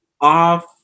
off